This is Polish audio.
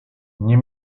nie